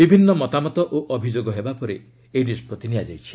ବିଭିନ୍ନ ମତାମତ ଓ ଅଭିଯୋଗ ହେବା ପରେ ଏହି ନିଷ୍ପଭି ନିଆଯାଇଛି